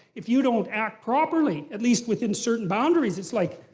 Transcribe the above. if you don't act properly, at least within certain boundaries, it's like,